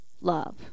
love